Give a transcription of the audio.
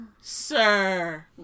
Sir